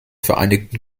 vereinigten